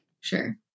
sure